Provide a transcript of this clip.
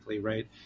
right